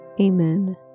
Amen